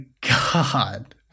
God